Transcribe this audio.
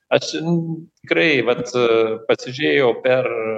aš n tikrai vat e pasižiūrėjau per